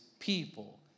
people